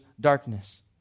darkness